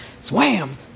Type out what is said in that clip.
swam